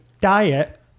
diet